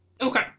Okay